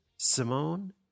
Simone